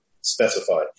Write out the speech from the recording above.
specified